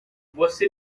você